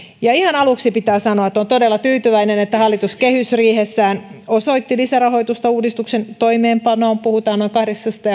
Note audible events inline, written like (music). ihan aluksi pitää sanoa että olen todella tyytyväinen että hallitus kehysriihessään osoitti lisärahoitusta uudistuksen toimeenpanoon puhutaan noin kahdeksasta (unintelligible)